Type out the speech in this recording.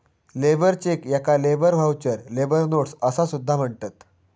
labour cheque याका labour voucher, labour notes असा सुद्धा म्हणतत